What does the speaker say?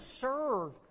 serve